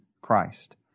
Christ